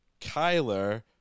Kyler